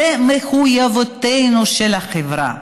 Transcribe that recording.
זו מחויבות החברה,